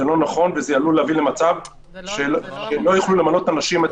זה לא נכון וזה עלול להביא למצב שלא יוכלו למנות אנשים מתאימים.